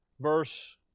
verse